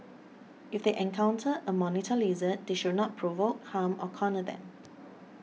if they encounter a monitor lizard they should not provoke harm or corner them